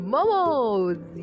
Momos